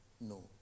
no